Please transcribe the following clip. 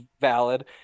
valid